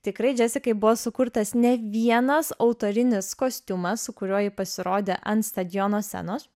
tikrai džesikai buvo sukurtas ne vienas autorinis kostiumas su kuriuo ji pasirodė ant stadiono senos